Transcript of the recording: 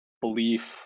belief